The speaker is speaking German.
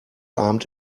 abend